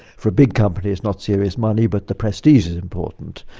for a big company it's not serious money but the prestige is important.